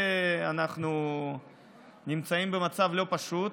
אנחנו נמצאים במצב לא פשוט,